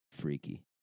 freaky